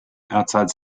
outside